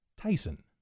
Tyson